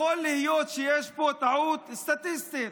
יכול להיות שיש פה טעות סטטיסטית,